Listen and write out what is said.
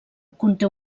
conté